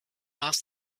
asked